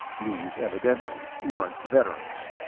these evidently weren't veterans.